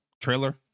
trailer